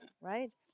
right